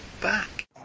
back